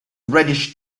reddish